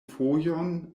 fojon